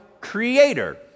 creator